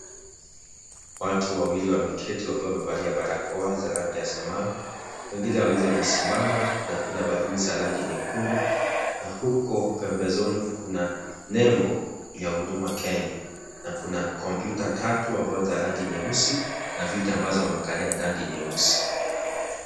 Watu wawili wameketi wakiwa wamevalia barakoa za rangi ya samawi, wengine wawili wamesimama na kuna baluni za rangi nyekundu na huko pembezoni kuna nembo ya huduma Kenya na kuna kompyuta tatu ambazo ni za rangi nyeusi na viti ambazo wamekalia ni rangi nyeusi.